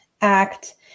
Act